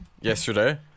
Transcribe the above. Yesterday